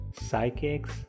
Psychics